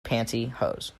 pantyhose